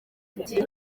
ati